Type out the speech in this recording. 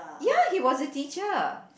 ya he was a teacher